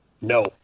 No